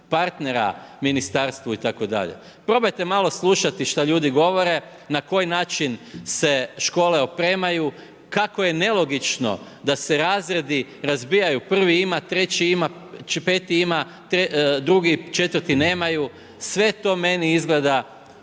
partnera ministarstvu itd. Probajte malo slušati šta ljudi govore, na koji način se škole opremaju, kako je nelogično, da se razredi razbijaju, prvi ima, treći ima, peti ima, drugi i četvrti nemaju, sve to meni izgleda